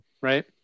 Right